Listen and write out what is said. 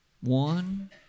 One